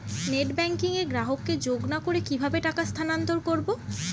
Net banking এ গ্রাহককে যোগ না করে কিভাবে টাকা স্থানান্তর করব?